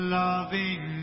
loving